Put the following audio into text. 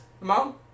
mom